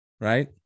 right